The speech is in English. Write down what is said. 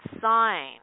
sign